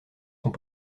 sont